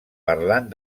parlant